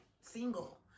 single